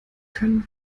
können